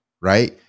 right